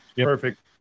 Perfect